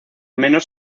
menos